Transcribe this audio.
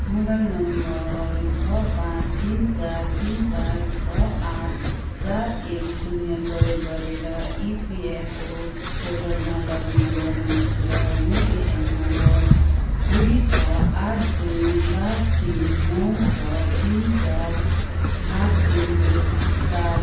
mobile number छ पाँच तिन चार तिन पाँच छ आठ चार एक शून्य प्रयोग गरेर इपिएफओ पोर्टलमा लगइन गर्नुहोस् र युएएन नम्बर दुई छ आठ दुई पाँच तिन नौ छ तिन चार आठ तिनको साथ